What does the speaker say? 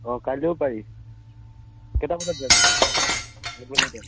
অ' কাইলেও পাৰি কেইটা বজাত যাবি আগবেলাতে